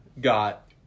got